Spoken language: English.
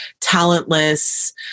talentless